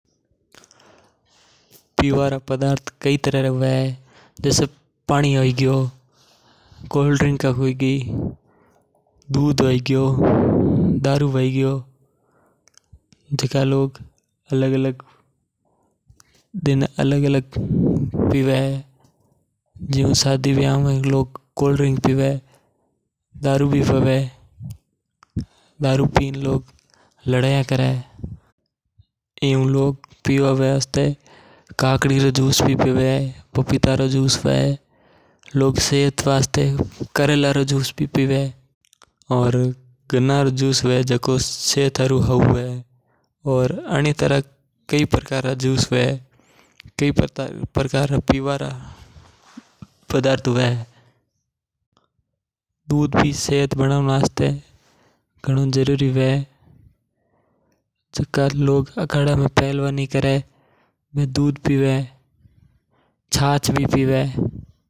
पीवां रा पदार्थ कै तरह रा हवे जेसे पानी है गियो दूध है गियो दारू है गियो। मानक शादी वियाव में कोल्ड ड्रिंक पीवां और दारू भी पीवां अलग अलग तरह रा जूस पीवां। एयू लोग पीवा वास्ते ककड़ी और पपीता रो जूस भी पीवां और सेहत हरणा करेला रो जूस पीवां। गणना रो जूस मानका रे सेहत हरणा हुया करे।